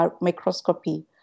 microscopy